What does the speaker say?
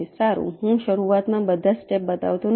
સારું હું શરૂઆતમાં બધા સ્ટેપ બતાવતો નથી